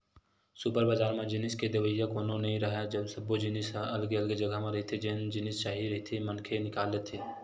super बजार म जिनिस के देवइया कोनो नइ राहय, सब्बो जिनिस ह अलगे अलगे जघा म रहिथे जेन जिनिस चाही रहिथे मनखे निकाल लेथे